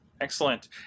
excellent